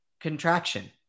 contraction